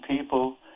people